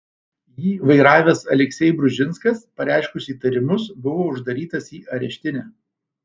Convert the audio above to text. jį vairavęs aleksej bružinskas pareiškus įtarimus buvo uždarytas į areštinę